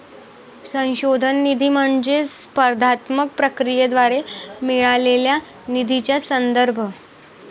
संशोधन निधी म्हणजे स्पर्धात्मक प्रक्रियेद्वारे मिळालेल्या निधीचा संदर्भ